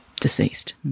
deceased